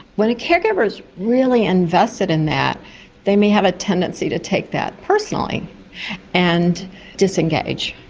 when a caregiver is really invested in that they may have a tendency to take that personally and disengage.